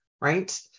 right